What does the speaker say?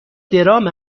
درام